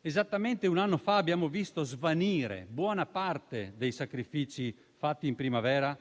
Esattamente un anno fa abbiamo visto svanire buona parte dei sacrifici fatti in primavera,